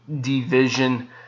division